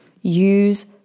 Use